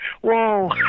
Whoa